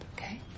okay